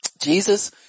Jesus